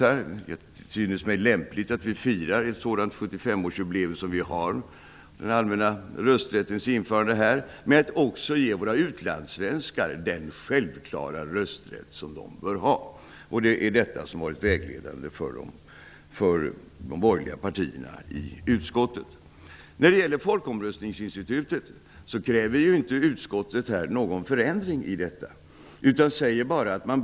Det synes mig lämpligt att fira ett 75-årsjubileum för den allmänna rösträttens införande med att också ge våra utlandssvenskar den självklara rösträtt de bör ha. Det är detta synsätt som har varit vägledande för de borgerliga partierna i utskottet. Utskottet kräver inte någon förändring i fråga om folkomröstningsinstitutet.